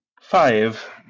Five